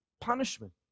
punishment